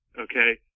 Okay